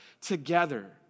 together